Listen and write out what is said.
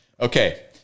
Okay